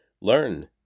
learn